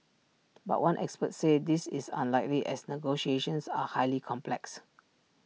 but one expert said this is unlikely as negotiations are highly complex